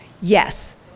yes